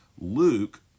Luke